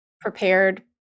prepared